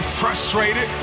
frustrated